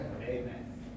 Amen